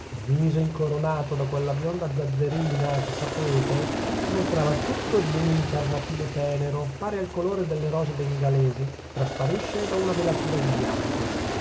il viso incoronato da quella bionda zazzerina che sapete si mostrava tutto di un incarnatino tenero pari al colore delle rose bengalesi che trasparisce da una velatura di bianco